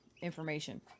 information